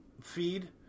feed